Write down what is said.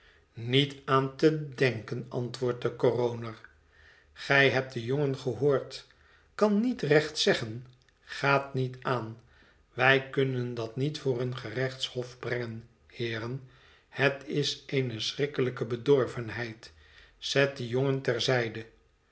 niet aan te denken antwoordt de c o r o n e r gij hebt den jongen gehoord kan nietrechtzeggen gaat niet aan wij kunnen d at niet voor een gerechtshof brengen heeren het is eene schrikkelijke bedorvenheid zet dien jongen